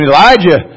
Elijah